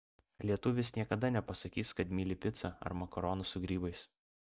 lietuvis niekada nepasakys kad myli picą ar makaronus su grybais